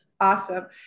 Awesome